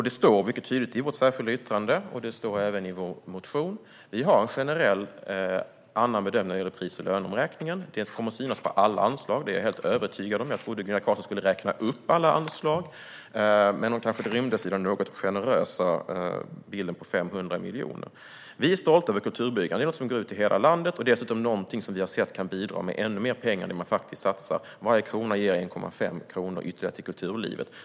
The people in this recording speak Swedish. Det står mycket tydligt i vårt särskilda yttrande och även i vår motion att vi har en annan generell bedömning när det gäller pris och löneomräkningen. Det kommer att synas i alla anslag - det är jag helt övertygad om. Jag trodde att Gunilla Carlsson skulle räkna upp alla anslag, men det kanske rymdes inom de något generösa 500 miljonerna. Vi är stolta över Kulturbryggan. Det går ut till hela landet, och det är något som vi har sett kan bidra med ännu mer pengar. Varje krona ger ytterligare en och en halv krona till kulturlivet.